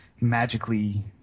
magically